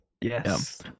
yes